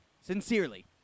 Sincerely